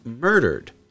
murdered